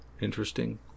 interesting